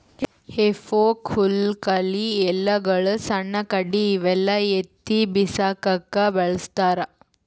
ಹೆಫೋಕ್ ಹುಲ್ಲ್ ಕಳಿ ಎಲಿಗೊಳು ಸಣ್ಣ್ ಕಡ್ಡಿ ಇವೆಲ್ಲಾ ಎತ್ತಿ ಬಿಸಾಕಕ್ಕ್ ಬಳಸ್ತಾರ್